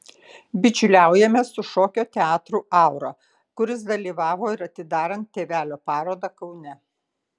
bičiuliaujamės su šokio teatru aura kuris dalyvavo ir atidarant tėvelio parodą kaune